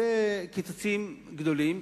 אלה קיצוצים גדולים,